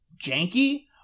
janky